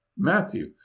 matthew,